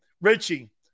Richie